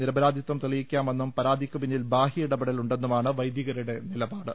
നിരപരാ ധിത്വം തെളിയിക്കാമെന്നും പരാതിക്കുപിന്നിൽ ബാഹ്യ ഇടപെടൽ ഉണ്ടെന്നുമാണ് വൈദികരുടെ നിലപാട്